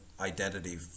identity